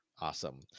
Awesome